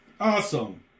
Awesome